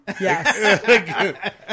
Yes